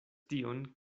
tion